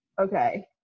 okay